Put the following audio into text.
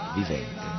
vivente